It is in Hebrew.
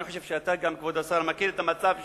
אני חושב שאתה גם, כבוד השר, מכיר את המצב שם.